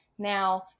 Now